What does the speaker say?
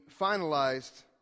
finalized